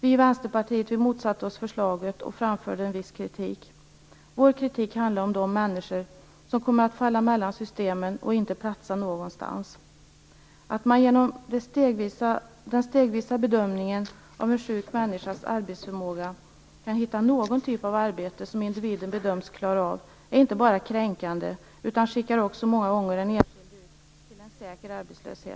Vi i Vänsterpartiet motsatte oss förslaget och framförde en viss kritik. Vår kritik handlar om de människor som kommer att falla mellan systemen och som inte platsar någonstans. Att man genom en stegvis bedömning av en sjuk människas arbetsförmåga kan hitta på någon typ av arbete som individen bedöms klara är inte bara kränkande utan skickar också många gånger ut den enskilde personen till en säker arbetslöshet.